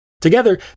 Together